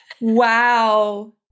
wow